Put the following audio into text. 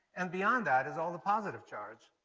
and beyond that is all the positive charge.